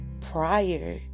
prior